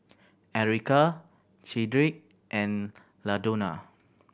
Erykah Cedrick and Ladonna